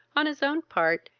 on his own part,